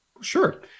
sure